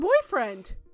boyfriend